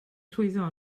llwyddo